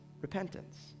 repentance